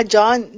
John